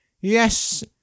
yes